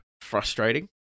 frustrating